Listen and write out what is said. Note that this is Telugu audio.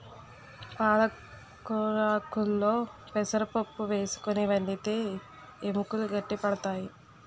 పాలకొరాకుల్లో పెసరపప్పు వేసుకుని వండితే ఎముకలు గట్టి పడతాయి